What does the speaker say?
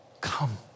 come